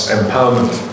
empowerment